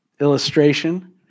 illustration